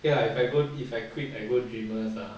okay ah if I go if I quit I go dreamers ah